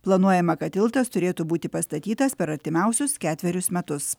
planuojama kad tiltas turėtų būti pastatytas per artimiausius ketverius metus